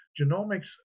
genomics